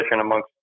amongst